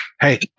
hey